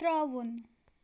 ترٛاوُن